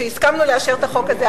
שהסכמנו לאשר את החוק הזה,